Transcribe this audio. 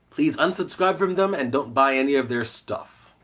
please unsubscribe from them, and don't buy any of their stuff.